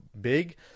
big